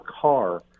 car